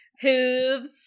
Hooves